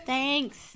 Thanks